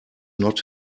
not